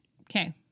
Okay